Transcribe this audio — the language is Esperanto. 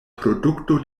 produkto